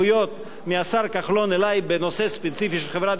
מהשר כחלון אלי בנושא ספציפי של חברת "הוט",